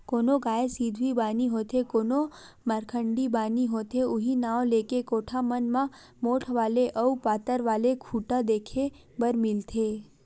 कोनो गाय सिधवी बानी होथे कोनो मरखंडी बानी होथे उहीं नांव लेके कोठा मन म मोठ्ठ वाले अउ पातर वाले खूटा देखे बर मिलथे